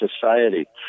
society